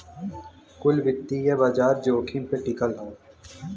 कुल वित्तीय बाजार जोखिम पे टिकल हौ